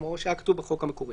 כמו שהיה כתוב בחוק המקורי.